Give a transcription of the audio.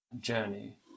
journey